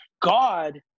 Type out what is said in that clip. God